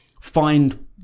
find